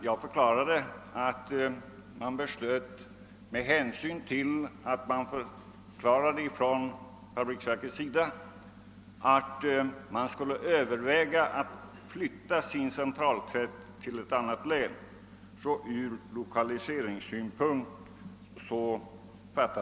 Jag förklarade att landstinget fattade be slutet av lokaliseringsskäl med hänsyn till att man från fabriksverkets sida förklarade att man skulle överväga att flytta sin centraltvätt till ett annat län.